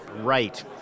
right